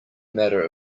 matter